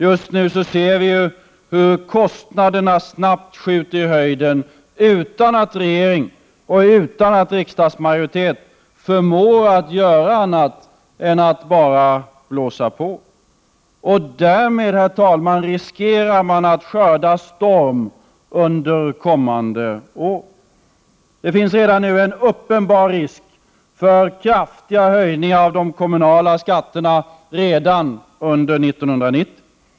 Just nu ser vi hur kostnaderna snabbt skjuter i höjden, utan att regering eller riksdagsmajoritet förmår göra annat än att bara blåsa på. Därmed riskerar man att skörda storm under kommande år. Det finns en uppenbar risk för kraftiga ökningar av kommunalskatterna redan under 1990.